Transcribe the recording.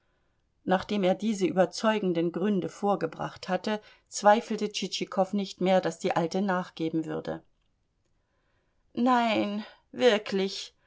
nachdem er diese überzeugenden gründe vorgebracht hatte zweifelte tschitschikow nicht mehr daß die alte nachgeben würde nein wirklich